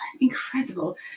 incredible